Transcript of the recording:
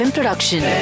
Production